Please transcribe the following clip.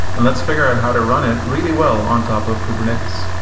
and let's figure out how to run it really well on top of kubernetes.